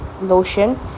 lotion